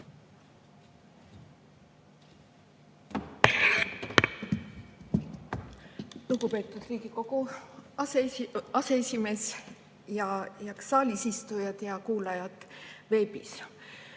Lugupeetud Riigikogu aseesimees! Head saalisistujad! Head kuulajad veebis!